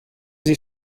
sie